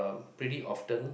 pretty often